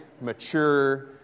mature